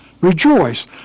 Rejoice